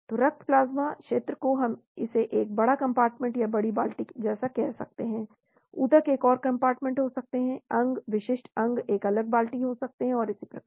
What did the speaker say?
तो रक्त प्लाज्मा क्षेत्र को हम इसे एक बड़ा कम्पार्टमेंट या बड़ी बाल्टी जैसा कह सकते हैं ऊतक एक और कम्पार्टमेंट हो सकते हैं अंग विशिष्ट अंग एक अलग बाल्टी हो सकते हैं और इसी प्रकार